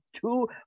two